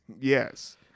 Yes